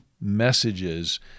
messages